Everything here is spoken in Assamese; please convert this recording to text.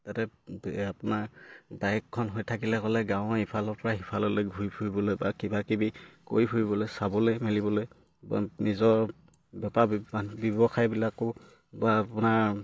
তাতে আপোনাৰ বাইকখন থাকিলে ক'লে গাঁৱৰ ইফালৰ পৰা সিফাললৈ ঘূৰি ফুৰিবলৈ বা কিবা কিবি কৰি ফুৰিবলৈ চাবলে মেলিবলৈ বা নিজৰ বেপাৰ ব্যৱসায়বিলাকো বা আপোনাৰ